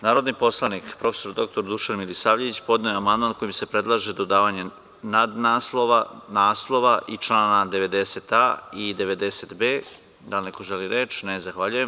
Narodni poslanik profesor doktor Dušan Milisavljević podneo je amandman kojim se predlaže dodavanje nadnaslova, naslova i člana 90a i 90b. Da li neko želi reč? (Ne) Zahvaljujem.